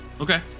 Okay